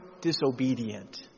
disobedient